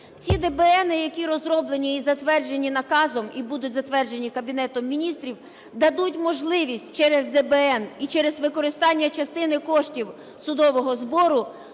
Ці дебеени, які розроблені і затверджені наказом і будуть затверджені Кабінетом Міністрів, дадуть можливість через ДБН і через використання частини коштів судового збору